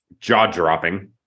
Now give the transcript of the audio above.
jaw-dropping